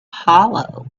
hollow